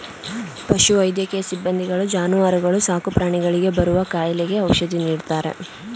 ಪಶು ವೈದ್ಯಕೀಯ ಸಿಬ್ಬಂದಿಗಳು ಜಾನುವಾರುಗಳು ಸಾಕುಪ್ರಾಣಿಗಳಿಗೆ ಬರುವ ಕಾಯಿಲೆಗೆ ಔಷಧಿ ನೀಡ್ತಾರೆ